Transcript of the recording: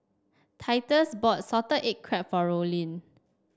Titus bought Salted Egg Crab for Rollin